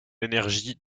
énergie